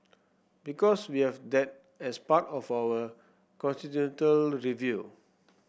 because we have that as part of our constitutional review